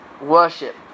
worship